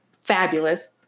fabulous